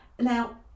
now